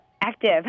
active